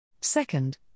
Second